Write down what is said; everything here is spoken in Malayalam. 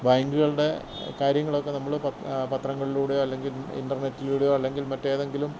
ബാങ്ക്കളുടെ കാര്യങ്ങളൊക്കെ നമ്മൾ പത്രങ്ങളിലൂടെയോ അല്ലെങ്കില് ഇന്റെര്നെറ്റിലൂടെയോ അല്ലെങ്കില് മറ്റേതെങ്കിലും